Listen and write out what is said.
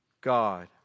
God